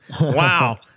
Wow